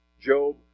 Job